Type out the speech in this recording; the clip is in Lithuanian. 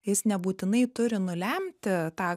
jis nebūtinai turi nulemti tą